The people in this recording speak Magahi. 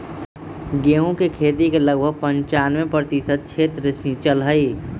गेहूं के खेती के लगभग पंचानवे प्रतिशत क्षेत्र सींचल हई